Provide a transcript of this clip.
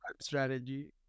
strategy